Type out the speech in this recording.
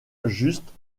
juste